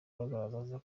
bagaragaza